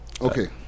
okay